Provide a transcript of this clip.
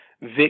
Vic